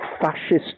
fascist